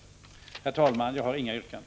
Herr talman! Jag har inga yrkanden.